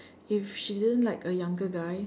if she didn't like a younger guy